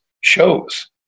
shows